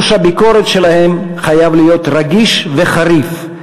חוש הביקורת שלהם חייב להיות רגיש וחריף,